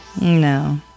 No